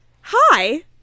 Hi